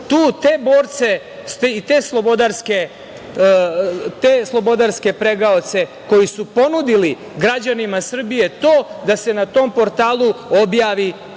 te borce i te slobodarske pregaoce koji su ponudili građanima Srbije to da se na tom portalu objavi